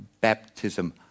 baptism